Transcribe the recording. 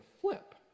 flip